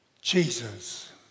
Jesus